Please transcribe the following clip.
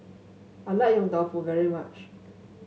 I like Yong Tau Foo very much